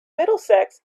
middlesex